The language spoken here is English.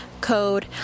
Code